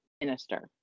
minister